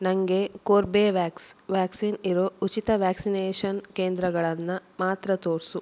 ನನಗೆ Corbevax vaccine ಇರೋ ಉಚಿತ ವ್ಯಾಕ್ಸಿನೇಷನ್ ಕೇಂದ್ರಗಳನ್ನು ಮಾತ್ರ ತೋರಿಸು